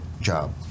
job